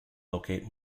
locate